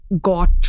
got